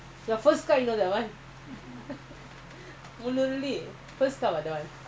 ya anything custom தொறந்துவிட்ருவாங்கஇப்பதாஇப்பதாஆரம்பிக்கறாங்க:thoranthu vittruvaanka ippatha ippatha aaraambikkraanka